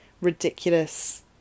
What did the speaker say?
ridiculous